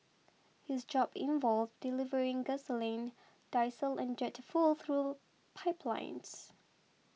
his job involved delivering gasoline diesel and jet fuel through pipelines